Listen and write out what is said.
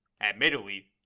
Admittedly